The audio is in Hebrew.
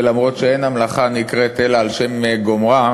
ולמרות שאין המלאכה נקראת אלא על שם גומרה,